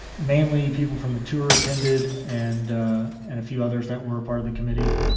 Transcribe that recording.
mainly, people from the tour attended and and a few others that were part of the committee.